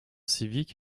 civique